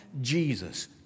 Jesus